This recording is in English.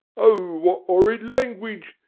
o wot orrid langwidge!